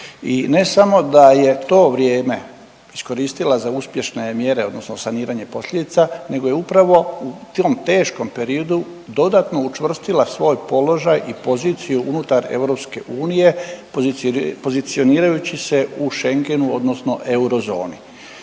i ne samo da je to vrijeme iskoristila za uspješne mjere, odnosno saniranje posljedica nego je upravo u tom teškom periodu dodatno učvrstila svoj položaj i poziciju unutar EU pozicionirajući se u Schengenu, odnosno eurozoni.